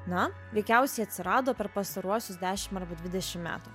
na veikiausiai atsirado per pastaruosius dešim dvidešim metų